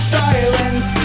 silence